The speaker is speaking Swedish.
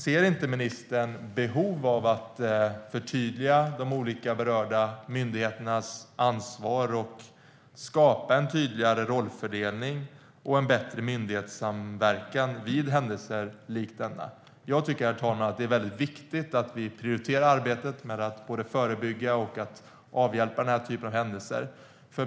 Ser inte ministern behov av att förtydliga de olika berörda myndigheternas ansvar och skapa en tydligare rollfördelning och bättre myndighetssamverkan vid händelser likt denna? Jag tycker, herr talman, att det är viktigt att vi prioriterar arbetet med att både förebygga och avhjälpa denna typ av händelser.